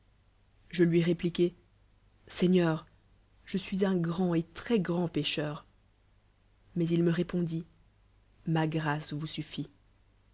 je lui répliquai seigneur je suis un grand et très-grand pécheur mais il me répondit ma gr ce vous suffil